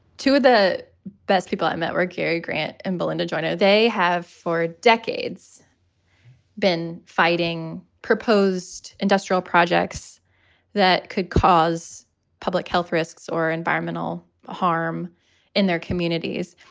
two of the best people i met were cary grant and belinda joyner. they have for decades been fighting proposed industrial projects that could cause public health risks or environmental harm in their communities.